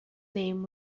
name